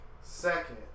second